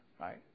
right